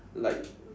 like